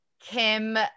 Kim